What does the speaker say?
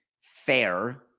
fair